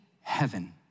heaven